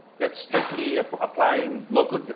that's strictly but applying local.